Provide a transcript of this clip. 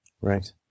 Right